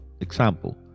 example